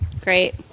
Great